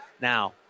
Now